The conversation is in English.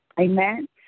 Amen